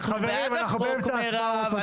אנחנו בעד החוק, מירב.